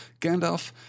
Gandalf